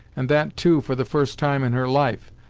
and that too for the first time in her life!